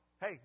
Hey